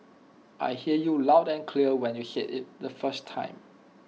I hear you loud and clear when you said IT the first time